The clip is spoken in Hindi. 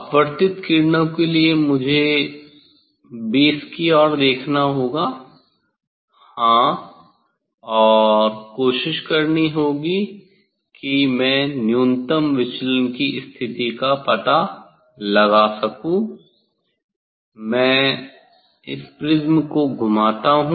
अपवर्तित किरणों के लिए मुझे बेस की ओर देखना होगा हाँ और कोशिश करनी होगी कि मैं न्यूनतम विचलन की स्थिति का पता लगा सकूँ मैं प्रिज्म को घुमाता हूं